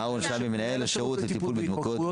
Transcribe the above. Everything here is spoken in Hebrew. מנהל השירות לטיפול בהתמכרות,